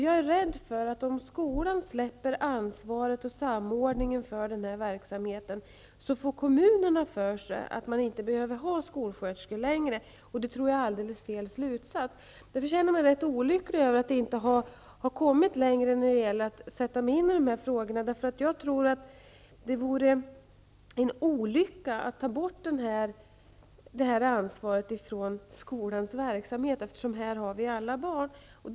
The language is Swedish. Jag är rädd för att om skolan släpper ansvaret och samordningen för verksamheten kan kommunerna få för sig att skolsköterskor inte behövs längre, och det är fel slutsats. Jag känner mig olycklig över att jag inte har kommit längre när det gäller att sätta mig in i dessa frågor. Det vore en olycka att ta bort ansvaret från skolans verksamhet. Vi har alla barn i skolan.